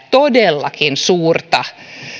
todellakin suurta